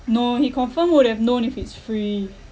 no he confirm would have known if it's free